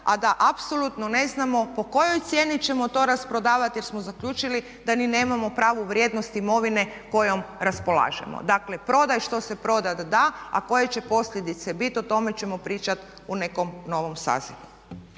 a da apsolutno ne znamo po kojoj cijeni ćemo to rasprodavati jer smo zaključili da ni nemamo pravu vrijednost imovine kojom raspolažemo. Dakle, prodaj što se prodat da a koje će posljedice biti o tome ćemo pričat u nekom novom sazivu.